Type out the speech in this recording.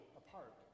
apart